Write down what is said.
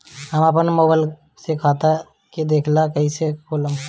हम आपन मोबाइल से खाता के देखेला कइसे खोलम?